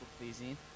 pleasing